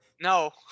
No